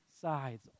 sides